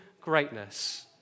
greatness